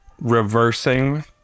reversing